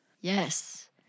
Yes